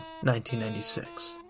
1996